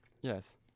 yes